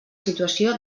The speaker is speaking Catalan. situació